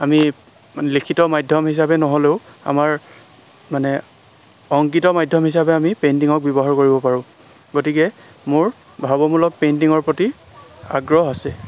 আমি লিখিত মাধ্যম হিচাপে নহ'লেও আমাৰ মানে অংকিত মাধ্যম হিচাপে আমি পেইণ্টিঙক ব্যৱহাৰ কৰিব পাৰোঁ গতিকে মোৰ ভাবমূলক পেইণ্টিঙৰ প্ৰতি আগ্ৰহ আছে